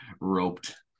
roped